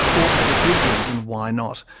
or have a good reason why not.